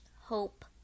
hope